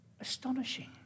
astonishing